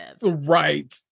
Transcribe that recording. Right